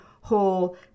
whole